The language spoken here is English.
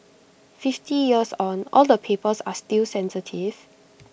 fifty years on all the papers are still sensitive